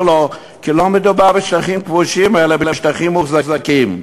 לו כי לא מדובר בשטחים כבושים אלא בשטחים מוחזקים.